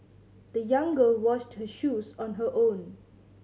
the young girl washed her shoes on her own